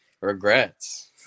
regrets